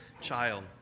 child